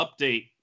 update